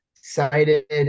cited